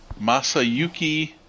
Masayuki